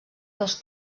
dels